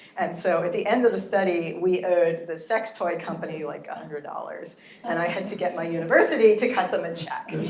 and so at the end of the study, we owed the sex toy company like one ah hundred dollars and i had to get my university to cut them a check.